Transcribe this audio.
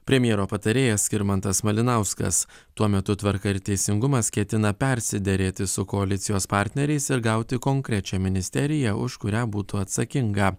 premjero patarėjas skirmantas malinauskas tuo metu tvarka ir teisingumas ketina persiderėti su koalicijos partneriais ir gauti konkrečią ministeriją už kurią būtų atsakinga